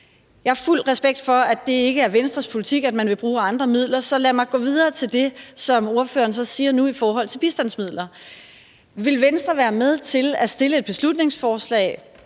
Jeg har fuld respekt for, at det ikke er Venstres politik, at man vil bruge andre midler, så lad mig gå videre til det, som ordføreren siger nu i forhold til bistandsmidler. Vil Venstre være med til at fremsætte et beslutningsforslag